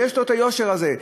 ויש לו היושר הזה,